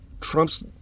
Trump's